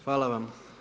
Hvala vam.